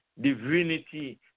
Divinity